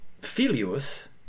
filius